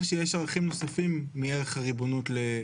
שיש ערכים נוספים מערך הריבונות לקניין.